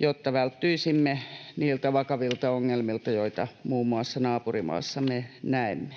jotta välttyisimme niiltä vakavilta ongelmilta, joita muun muassa naapurimaassamme näemme.